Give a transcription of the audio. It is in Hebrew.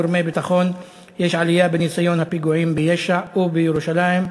גורמי ביטחון: עלייה בניסיון לבצע פיגועים ביש"ע ובירושלים.